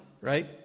right